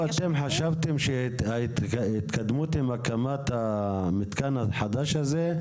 אתם חשבתם שההתקדמות עם הקמת המיתקן החדש הזה.